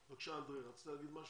בבקשה, אנדרי, רצית להגיד משהו?